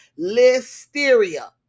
listeria